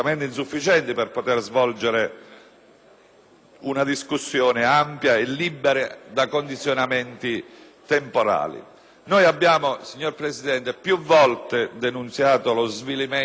una discussione ampia e libera da condizionamenti temporali. Più volte, signora Presidente, abbiamo denunziato lo svilimento dell'attività parlamentare in generale: